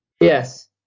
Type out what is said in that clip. yes